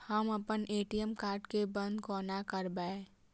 हम अप्पन ATM card केँ बंद कोना करेबै?